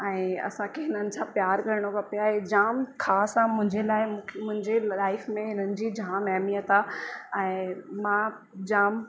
ऐं असांखे हिननि सां प्यार करिणो खपे ऐं जाम ख़ासि आहे मुंहिंजे लाइ मुंहिंजी लाइफ़ में हिननि जी जाम अहमियत आहे ऐं मां जाम